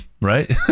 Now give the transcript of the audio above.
right